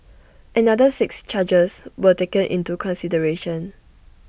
another six charges were taken into consideration